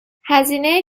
هزینه